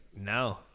no